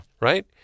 Right